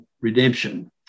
redemption